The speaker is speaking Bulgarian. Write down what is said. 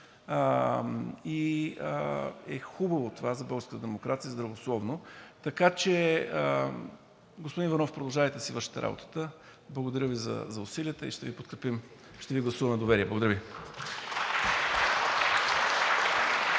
и е хубаво това за българската демокрация, и е здравословно. Така че, господин Иванов, продължавайте да си вършите работата! Благодаря Ви за усилията и ще Ви подкрепим! Ще Ви гласуваме доверие. Благодаря Ви.